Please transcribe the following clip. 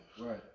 Right